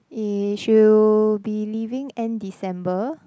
he should be leaving end December